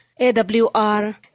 AWR